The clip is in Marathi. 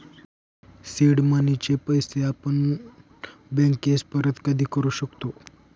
सीड मनीचे पैसे आपण बँकेस परत कधी करू शकतो